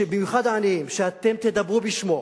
במיוחד העניים, שתדברו בשמו,